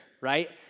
right